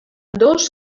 dos